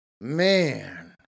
man